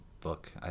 book